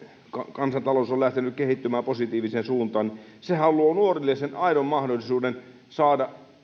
kansantalous on lähtenyt kehittymään positiiviseen suuntaan sehän luo nuorille sen aidon mahdollisuuden saada